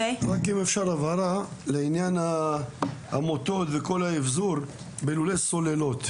אפשר הבהרה לעניין המוטות וכל האבזור בלולי סוללות.